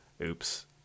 oops